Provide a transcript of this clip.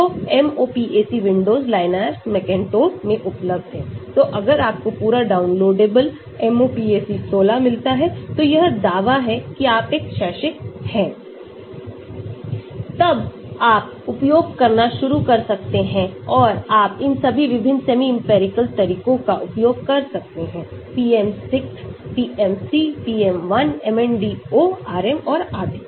तो MOPAC Windows Linux Macintosh में उपलब्ध है हुए पूरी तरह से डाउनलोड करने योग्य MOPAC 12 प्राप्त कर सकते हैं कि आप एक शैक्षिक हैं तब आप उपयोग करना शुरू कर सकते हैं और आप इन सभी विभिन्न सेमी इंपिरिकल तरीकों का उपयोग कर सकते हैं PM6 PM3 PM1 MNDO RM और आदि